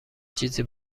چیزی